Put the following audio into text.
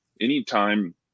anytime